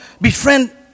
befriend